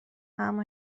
اما